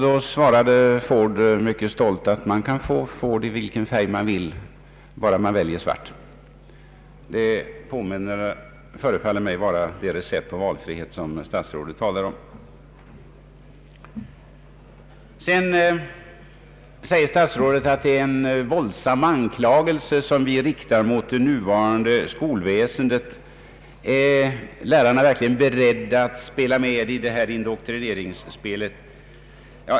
Då svarade Ford mycket stolt: Man kan få vilken färg man vill, bara man väljer svart. Detta förefaller vara det recept på valfrihet som statsrådet talar om. Sedan säger herr statsrådet att det är en våldsam anklagelse vi riktar mot det nuvarande skolväsendet. Är lärarna verkligen beredda att spela med i detta indoktrineringsspel?